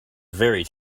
very